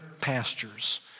pastures